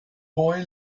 boy